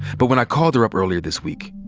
but when i called her up earlier this week,